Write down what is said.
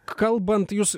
kalbant jūs